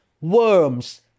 Worms